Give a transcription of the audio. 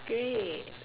great